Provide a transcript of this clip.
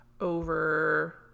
over